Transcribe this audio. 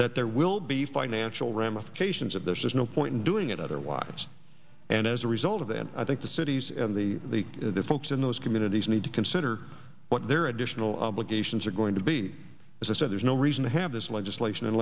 that there will be financial ramifications if there's just no point in doing it otherwise and as a result of that i think the cities and the folks in those communities need to consider what their additional obligations are going to be as i said there's no reason to have this legislation